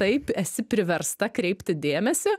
taip esi priversta kreipti dėmesį